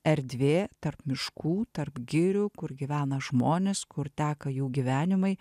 erdvė tarp miškų tarp girių kur gyvena žmonės kur teka jų gyvenimai